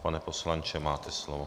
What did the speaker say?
Pane poslanče, máte slovo.